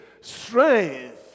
strength